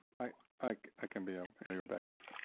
i like i can be um ah your backup.